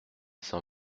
cent